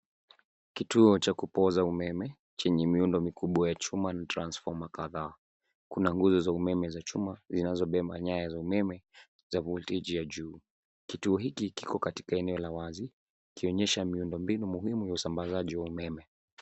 Kituo cha kupoza umeme chenye miundo mikubwa ya chuma na transformer kadhaa. Kuna nguzo za umeme za chuma zinazobeba nyaya za umeme za voltage ya juu. Kituo hilki kiko katika eneo la wazi, ikionyesha miundo mbinu muhimu ya usambazaji wa umeme.